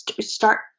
Start